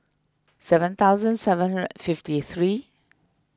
seven thousand seven hundred fifty three